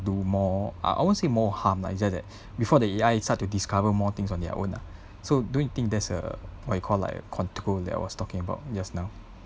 do more ah I won't say more harm lah it's just that before the A_I start to discover more things on their own lah so don't you think there's a what you call like control that was talking about just now